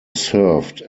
served